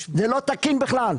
זה לא תקין בכלל.